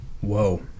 Whoa